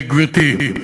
גברתי,